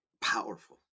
powerful